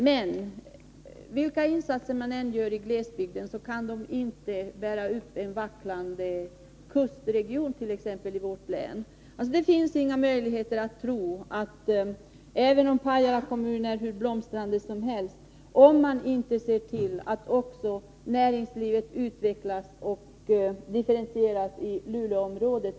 Men vilka insatser man än gör i glesbygder, så kan de inte bära upp en vacklande kustregion som den i vårt län. Även om Pajala kommun är hur blomstrande som helst, så har vi inga goda framtidsutsikter i Norrbotten, om vi inte också ser till att näringslivet utvecklas och differentieras i Luleåområdet.